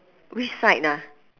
which side ah